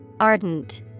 Ardent